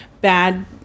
bad